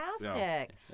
fantastic